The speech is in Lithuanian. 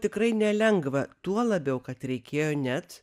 tikrai nelengva tuo labiau kad reikėjo net